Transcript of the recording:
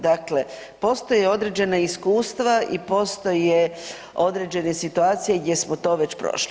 Dakle, postoje određena iskustva i postoje određene situacije gdje smo to već prošli.